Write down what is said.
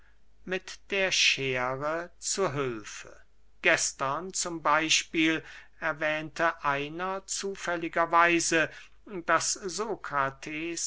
mit der schere zu hülfe gestern z b erwähnte einer zufälliger weise daß